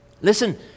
Listen